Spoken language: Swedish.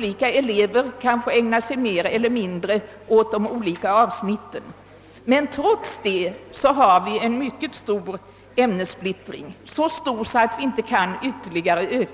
vilka eleverna kan få ägna sig mer eller mindre åt de olika avsnitten. Men trots det har vi en mycket stor ämnessplittring, så stor att vi inte kan öka den ytterligare.